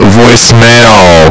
voicemail